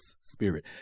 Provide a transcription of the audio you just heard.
spirit